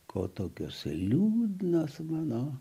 ko tokios liūdnos mano